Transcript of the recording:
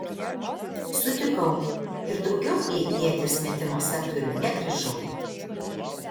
sutikau ir daugiau į ieties metimo sektorių negrįžau